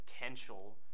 potential